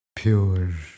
pure